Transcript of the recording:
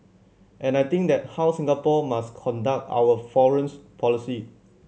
and I think that how Singapore must conduct our foreign's policy